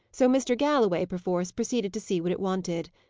so mr. galloway, perforce, proceeded to see what it wanted.